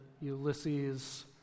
Ulysses